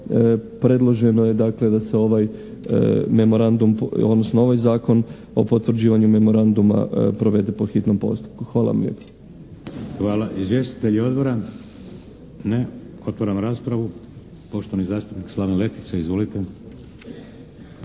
Predloženo je dakle da se ovaj memorandum, odnosno ovaj Zakon o potvrđivanju memoranduma provede po hitnom postupku. Hvala vam lijepa. **Šeks, Vladimir (HDZ)** Hvala. Izvjestitelji odbora? Ne. Otvaram raspravu. Poštovani zastupnik Slaven Letica. Izvolite.